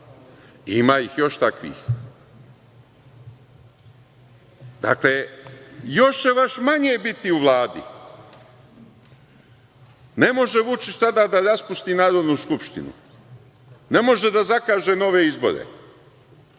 ima ih još takvih. Dakle, još manje će vas biti u Vladi. Ne može Vučić tada da raspusti Narodnu skupštinu. Ne može da zakaže nove izbore.